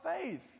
faith